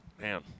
Man